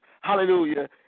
Hallelujah